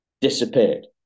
disappeared